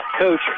Coach